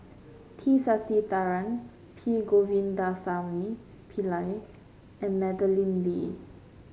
T Sasitharan P Govindasamy Pillai and Madeleine Lee